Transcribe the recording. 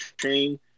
chain